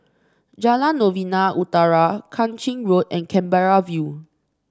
Jalan Novena Utara Kang Ching Road and Canberra View